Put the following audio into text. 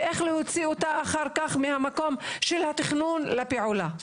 ואיך להוציא אותה אחר כך מהמקום של התכנון לפעולה.